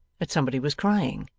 that somebody was crying.